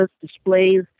displays